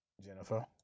Jennifer